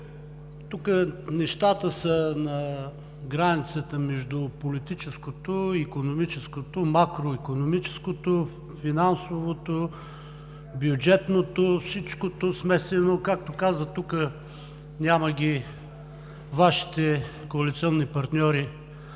тук нещата са на границата между политическото, икономическото, макроикономическото, финансовото, бюджетното – всичкото смесено. Както казах, тук ги няма Вашите коалиционни партньори